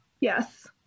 Yes